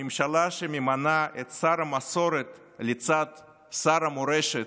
ממשלה שממנה את שר המסורת לצד שר המורשת,